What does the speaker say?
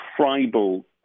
tribal